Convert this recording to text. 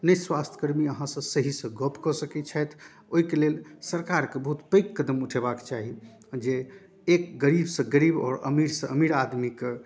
ने स्वास्थ्यकर्मी अहाँसँ सहीसँ गप कऽ सकै छथि ओइके लेल सरकारके बहुत पैघ कदम उठेबाके चाही जे एक गरीबसँ गरीब आओर अमीरसँ अमीर आदमीके